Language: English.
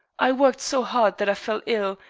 i worked so hard that i fell ill,